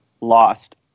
lost